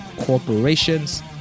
corporations